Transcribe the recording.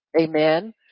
Amen